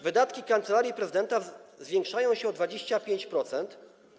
Wydatki Kancelarii Prezydenta zwiększają się o 25%.